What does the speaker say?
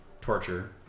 torture